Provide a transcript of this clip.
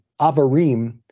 Avarim